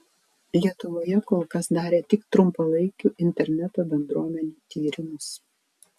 lietuvoje kol kas darė tik trumpalaikių interneto bendruomenių tyrimus